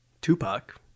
Tupac